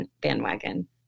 bandwagon